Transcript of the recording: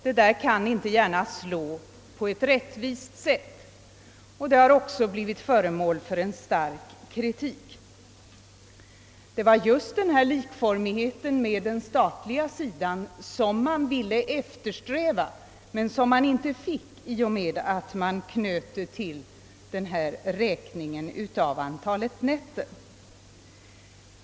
Detta kan inte gärna slå på ett rättvist sätt, och systemet har också blivit föremål för en stark kritik. Det var just likformighet med den statliga sidan som man ville eftersträva men som man inte fick på grund av metoden att räkna antalet nätter.